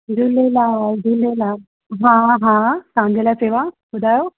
झूलेलाल झूलेलाल हा हा तव्हांजे लाइ सेवा ॿुधायो